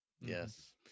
Yes